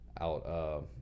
out